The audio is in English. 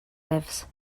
lives